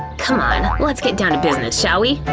c'mon, let's get down to business, shall we?